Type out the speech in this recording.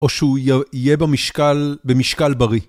או שהוא יהיה במשקל, במשקל בריא.